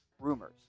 rumors